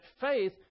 faith